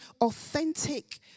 authentic